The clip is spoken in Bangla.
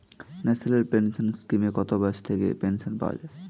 ন্যাশনাল পেনশন স্কিমে কত বয়স থেকে পেনশন পাওয়া যায়?